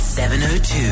702